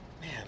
Man